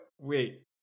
Wait